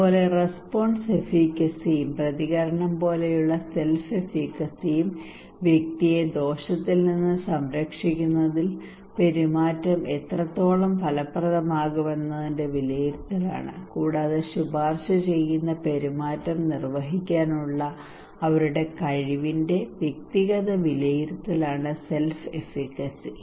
അതുപോലെ റെസ്പോൺസ് എഫീക്കസിയും പ്രതികരണം പോലെയുള്ള സെല്ഫ് എഫീക്കസിയും വ്യക്തിയെ ദോഷത്തിൽ നിന്ന് സംരക്ഷിക്കുന്നതിൽ പെരുമാറ്റം എത്രത്തോളം ഫലപ്രദമാകുമെന്നതിന്റെ വിലയിരുത്തലാണ് കൂടാതെ ശുപാർശ ചെയ്യുന്ന പെരുമാറ്റം നിർവഹിക്കാനുള്ള അവരുടെ കഴിവിന്റെ വ്യക്തിഗത വിലയിരുത്തലാണ് സെല്ഫ് എഫീക്കസി